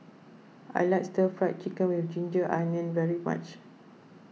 I like Stir Fried Chicken with Ginger Onions very much